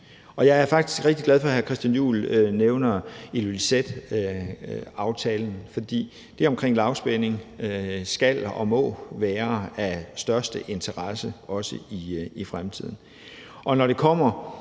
Jeg er faktisk rigtig glad for, at hr. Christian Juhl nævner Ilulissataftalen, for det vedrørende lavspænding må og skal være af største interesse også i fremtiden.